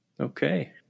Okay